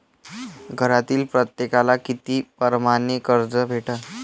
घरातील प्रत्येकाले किती परमाने कर्ज भेटन?